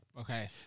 Okay